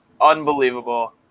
Unbelievable